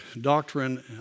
doctrine